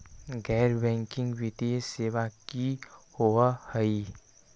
गैर बैकिंग वित्तीय सेवा की होअ हई?